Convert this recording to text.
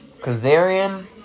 Kazarian